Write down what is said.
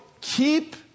keep